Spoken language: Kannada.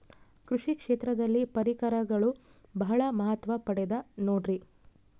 ಕೃಷಿ ಕ್ಷೇತ್ರದಲ್ಲಿ ಪರಿಕರಗಳು ಬಹಳ ಮಹತ್ವ ಪಡೆದ ನೋಡ್ರಿ?